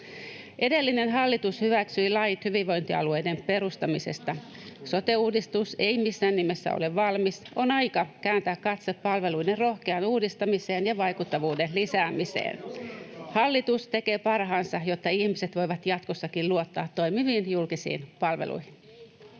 Edellinen hallitus hyväksyi lait hyvinvointialueiden perustamisesta. Sote-uudistus ei missään nimessä ole valmis. On aika kääntää katse palveluiden rohkeaan uudistamiseen ja vaikuttavuuden lisäämiseen. [Aki Lindén: Osaatte priorisoida!] Hallitus tekee parhaansa, jotta ihmiset voivat jatkossakin luottaa toimiviin julkisiin palveluihin.